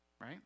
right